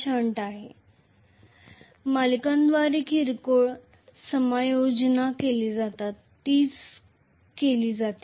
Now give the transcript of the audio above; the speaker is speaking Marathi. सिरीजद्वारे किरकोळ समायोजने केली जातात तीच केली जाते